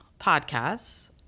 podcasts